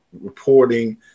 Reporting